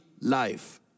life